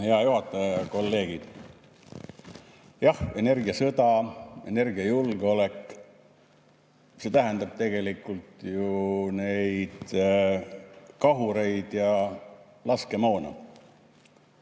Head kolleegid! Jah, energiasõda, energiajulgeolek – see tähendab tegelikult ju neid kahureid ja laskemoona.